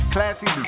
Classy